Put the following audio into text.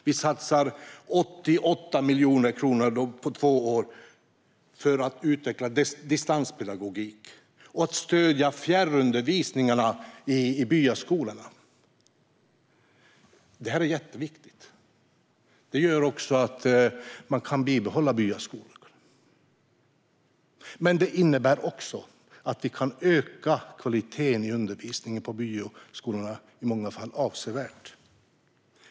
Vi satsar 88 miljoner kronor på två år för att utveckla distanspedagogik och att stödja fjärrundervisning i byskolorna. Detta är jätteviktigt. Det gör att man kan bibehålla byskolorna. Det innebär också att man kan öka kvaliteten på undervisningen i byskolorna, i många fall avsevärt.